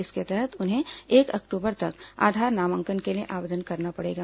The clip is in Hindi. इसके तहत उन्हें एक अक्टूबर तक आधार नामांकन के लिए आवेदन करना पड़ेगा